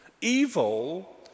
Evil